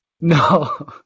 no